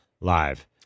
live